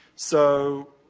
so,